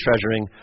treasuring